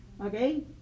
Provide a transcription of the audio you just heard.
okay